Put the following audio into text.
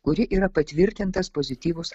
kuri yra patvirtintas pozityvus